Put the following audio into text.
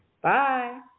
Bye